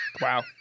Wow